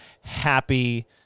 happy